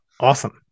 awesome